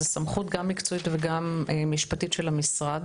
זה סמכות גם מקצועית וגם משפטית של המשרד.